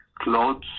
clothes